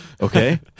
Okay